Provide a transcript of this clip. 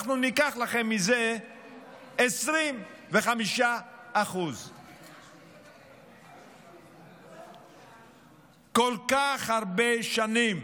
אנחנו ניקח לכם מזה 25%. כל כך הרבה שנים